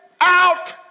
out